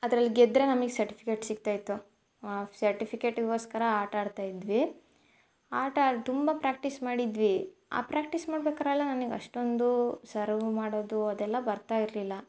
ಅದ್ರಲ್ಲಿ ಗೆದ್ದರೆ ನಮಗ್ ಸರ್ಟಿಫಿಕೇಟ್ ಸಿಗ್ತಾಯಿತ್ತು ಆ ಸರ್ಟಿಫಿಕೇಟಿಗೋಸ್ಕರ ಆಟಾಡ್ತಾಯಿದ್ವಿ ಆಟ ತುಂಬ ಪ್ರ್ಯಾಕ್ಟೀಸ್ ಮಾಡಿದ್ವಿ ಆ ಪ್ರ್ಯಾಕ್ಟೀಸ್ ಮಾಡ್ಬೇಕಾದ್ರೆಲ್ಲ ನನಗ್ ಅಷ್ಟೊಂದು ಸರ್ವ್ ಮಾಡೋದು ಅದೆಲ್ಲ ಬರ್ತಾ ಇರಲಿಲ್ಲ